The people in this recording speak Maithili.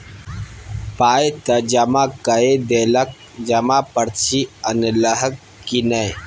पाय त जमा कए देलहक जमा पर्ची अनलहक की नै